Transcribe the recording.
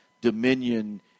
dominion